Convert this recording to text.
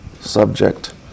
subject